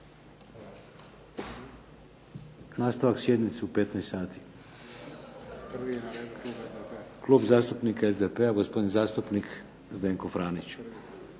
Nastavljamo sjednicu. Klub zastupnika SDP-a, gospodin zastupnik Zdenko Franić,